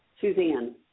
Suzanne